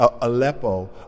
Aleppo